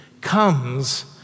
comes